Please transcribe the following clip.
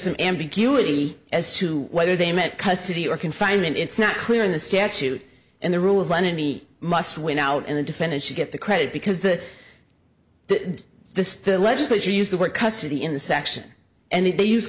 an ambiguity as to whether they met custody or confinement it's not clear in the statute and the rule of money must win out in the defendant should get the credit because the the the the legislature used the word custody in the section and they use